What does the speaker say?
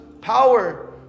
power